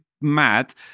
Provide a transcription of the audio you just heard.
mad